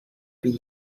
been